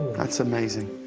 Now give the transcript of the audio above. that's amazing.